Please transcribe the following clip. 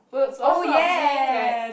boobs or something like